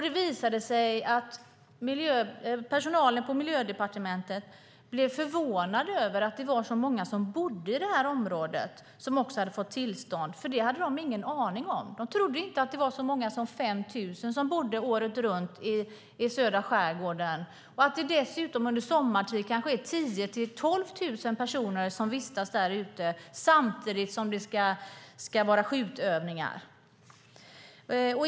Det visade sig att personalen på Miljödepartementet blev förvånad över att det var så många som bodde i området som tillståndet gällde, för det hade de ingen aning om. De trodde inte att det var så många som 5 000 som bodde året runt i södra skärgården och att det dessutom sommartid kanske är 10 000-12 000 personer som vistas där ute samtidigt som det ska vara skjutövningar.